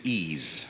ease